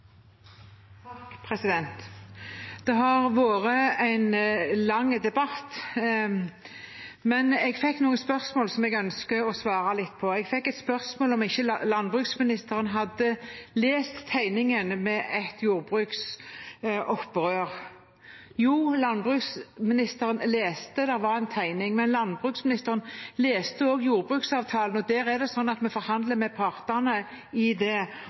Det har vært en lang debatt, men jeg fikk noen spørsmål som jeg ønsker å svare litt på. Jeg fikk et spørsmål om ikke landbruksministeren hadde lest tegningen med et jordbruksopprør. Jo, landbruksministeren leste det, det var en tegning, men landbruksministeren leste også jordbruksavtalen, og der er det slik at vi forhandler med partene. Det